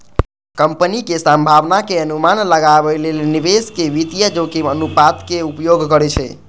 कंपनीक संभावनाक अनुमान लगाबै लेल निवेशक वित्तीय जोखिम अनुपातक उपयोग करै छै